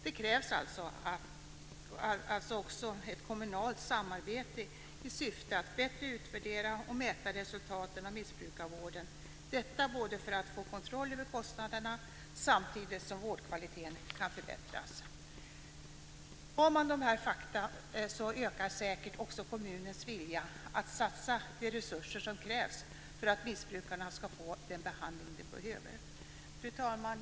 Det krävs alltså ett kommunalt samarbete i syfte att bättre utvärdera och mäta resultaten av missbrukarvården för att få kontroll över kostnaderna samtidigt som vårdkvaliteten kan förbättras. Har man dessa fakta ökar säkert också kommunens vilja att satsa de resurser som krävs för att missbrukarna ska få den behandling de behöver. Fru talman!